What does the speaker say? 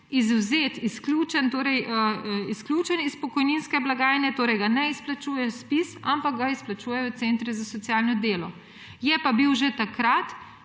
izvzet, izključen iz pokojninske blagajne, torej ga ne izplačuje Zpiz, ampak ga izplačujejo centri za socialno delo. Je pa bil že takrat